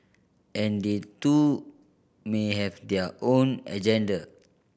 and they too may have their own agenda